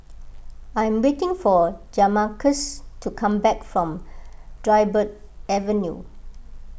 I am waiting for Jamarcus to come back from Dryburgh Avenue